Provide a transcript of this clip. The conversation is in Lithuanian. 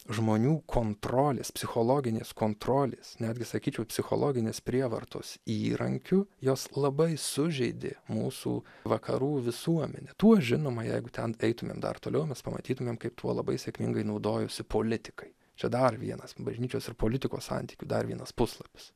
žmonių kontrolės psichologinės kontrolės netgi sakyčiau psichologinės prievartos įrankiu jos labai sužeidė mūsų vakarų visuomenę tuo žinoma jeigu ten eitumėm dar toliau mes pamatytumėm kaip tuo labai sėkmingai naudojosi politikai čia dar vienas bažnyčios ir politikos santykių dar vienas puslapis